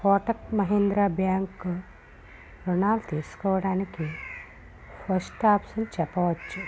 Kotak Mahindra bank రుణాలు తీసుకోవడానికి first option చెప్పవచ్చు